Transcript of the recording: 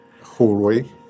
hallway